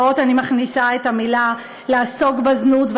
"לעסוק" בזנות,